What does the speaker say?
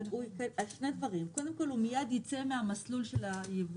אנחנו נתחיל עם האוצר אבל לפני שאני אתן לכם את רשות הדיבור,